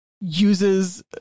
uses